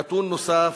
נתון נוסף,